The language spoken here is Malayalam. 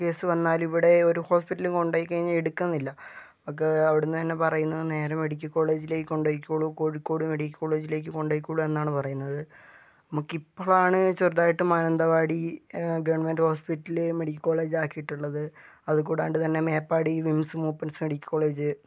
കേസ് വന്നാലും ഇവിടെ ഒരു ഹോസ്പിറ്റലും കൊണ്ടുപോയി കഴിഞ്ഞാൽ എടുക്കുന്നില്ല നമുക്ക് അവിടുന്ന് തന്നെ പറയുന്നത് നേരെ മെഡിക്കൽ കോളേജിലേക്ക് കൊണ്ടുപോയിക്കോളു കോഴിക്കോട് മെഡിക്കൽ കോളേജിലേക്ക് കൊണ്ടുപോയിക്കോളു എന്നാണ് പറയുന്നത് നമുക്കിപ്പളാണ് ചെറുതായിട്ട് മാനന്തവാടി ഗവൺമെൻ്റെ ഹോസ്പിറ്റല് മെഡിക്കൽ കോളേജ് ആക്കിയിട്ടുള്ളത് അതുകൂടാണ്ട് തന്നെ മേപ്പാടി വിംസ് മൂപ്പൻസ് മെഡിക്കൽ കോളേജ്